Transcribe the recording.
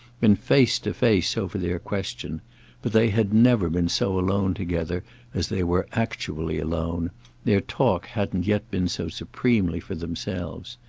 been face to face over their question but they had never been so alone together as they were actually alone their talk hadn't yet been so supremely for themselves.